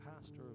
pastor